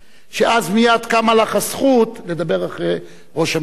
שאז מייד קמה לך הזכות לדבר אחרי ראש הממשלה.